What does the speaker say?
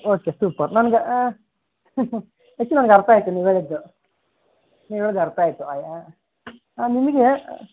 okay super ನನಗೆ ನಂಗೆ ಅರ್ಥ ಆಯಿತು ನೀವು ಹೇಳಿದ್ದು ನೀವು ಹೇಳಿದ್ ಅರ್ಥ ಆಯಿತು ಅಯ ನಿಮಗೆ